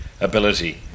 ability